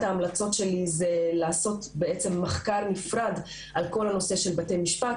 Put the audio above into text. ההמלצות שלי זה לעשות מחקר נפרד על כל הנושא של בתי משפט